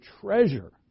treasure